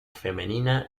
femenina